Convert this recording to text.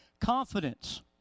Confidence